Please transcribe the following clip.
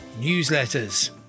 newsletters